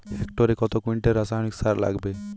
হেক্টরে কত কুইন্টাল রাসায়নিক সার লাগবে?